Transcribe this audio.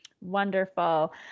Wonderful